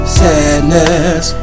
sadness